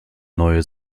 neue